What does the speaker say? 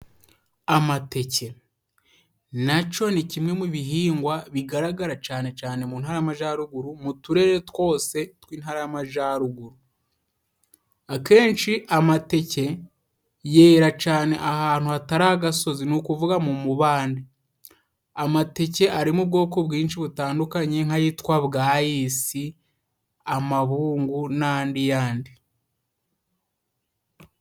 Amateke, na cyo ni kimwe mu bihingwa bigaragara cyane cyane mu Ntara y'Amajaruguru, mu Turere twose tw'Intara y'Amajyaruguru. Akenshi amateke yera cyane ahantu hatari agasozi. Ni ukuvuga mu mubande. Amateke arimo ubwoko bwinshi butandukanye nk'ayitwa bwayisi, amabungu n'andi yandi.